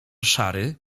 szary